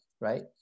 right